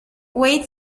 wait